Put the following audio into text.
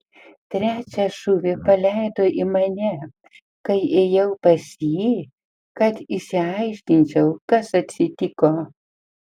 trečią šūvį paleido į mane kai ėjau pas jį kad išsiaiškinčiau kas atsitiko